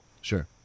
Sure